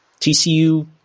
TCU